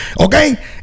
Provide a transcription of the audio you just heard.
okay